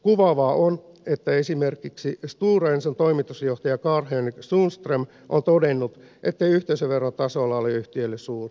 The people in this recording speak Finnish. kuvaavaa on että esimerkiksi stora enson toimitusjohtaja karl henrik sundström on todennut ettei yhteisöveron tasolla ole yhtiölle suurta merkitystä